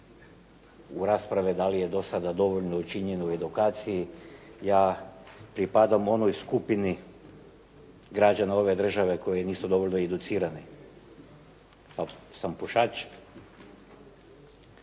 u rasprave da li je do sada dovoljno učinjeno u edukaciji. Ja pripadam onoj skupini građana ove države koji nisu dovoljno educirani pa sam pušač